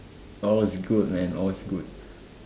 all's good man all's good